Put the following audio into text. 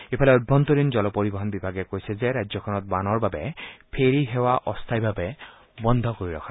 ইফালে অভ্যন্তৰীণ জলপৰিবহণ বিভাগে কৈছে যে ৰাজ্যখনত বানৰ বাবে ফেৰী সেৱা অস্থায়ীভাৱে বন্ধ কৰি ৰখা হৈছে